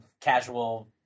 casual